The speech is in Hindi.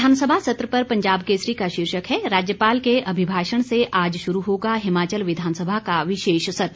विधानसभा सत्र पर पंजाब केसरी का शीर्षक है राज्यपाल के अभिभाषण से आज श्रू होगा हिमाचल विधानसभा का विशेष सत्र